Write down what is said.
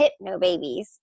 hypnobabies